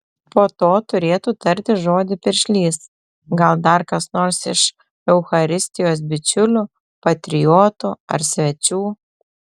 po to turėtų tarti žodį piršlys gal dar kas nors iš eucharistijos bičiulių patriotų ar svečių